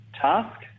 task